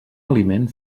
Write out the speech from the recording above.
aliment